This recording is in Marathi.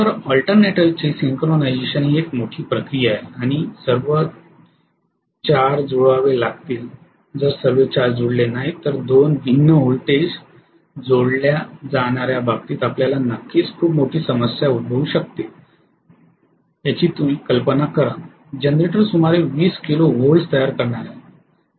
तर ऑल्टरनेटरचे सिंक्रओनाइज़ेशन ही एक मोठी प्रक्रिया आहे आणि सर्व 4 जुळवावे लागतील जर सर्व 4 जुळले नाहीत तर दोन भिन्न व्होल्टेजेस जोडल्या जाणाया बाबतीत आपल्याला नक्कीच खूप मोठी समस्या उद्भवू लागेल कल्पना करा जनरेटर सुमारे 20 किलो व्होल्ट तयार करणार आहे